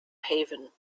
haven